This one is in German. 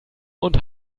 und